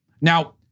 Now